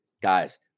guys